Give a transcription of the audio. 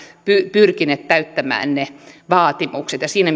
pyrkineet täyttämään ne vaatimukset siinä